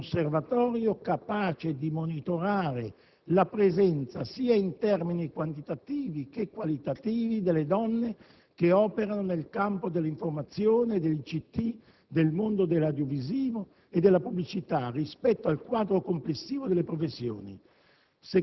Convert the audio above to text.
Un osservatorio capace di monitorare la presenza, sia in termini quantitativi che qualitativi, delle donne che operano nel campo dell'informazione, dell'ICT, del mondo dell'audiovisivo e della pubblicità rispetto al quadro complessivo delle professioni.